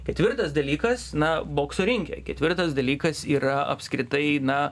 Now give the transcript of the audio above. ketvirtas dalykas na bokso ringe ketvirtas dalykas yra apskritai na